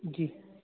जी